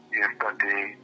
yesterday